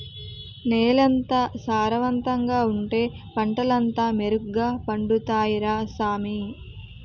నేలెంత సారవంతంగా ఉంటే పంటలంతా మెరుగ్గ పండుతాయ్ రా సామీ